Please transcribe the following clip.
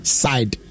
side